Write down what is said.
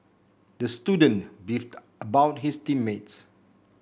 the student beefed about his team mates